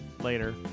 later